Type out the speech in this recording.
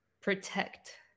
protect